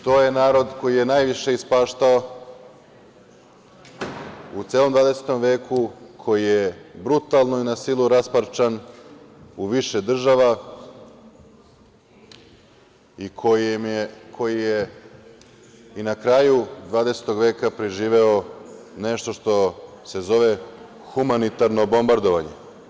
To je narod koji je najviše ispaštao u celom 20. veku, koji je brutalno i na silu rasparčan u više država i koji je i na kraju 20. veka preživeo nešto što se zove humanitarno bombardovanje.